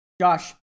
Josh